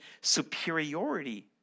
superiority